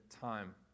time